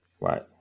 Right